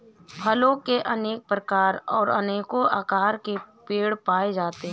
फलों के अनेक प्रकार और अनेको आकार के पेड़ पाए जाते है